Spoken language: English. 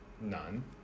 none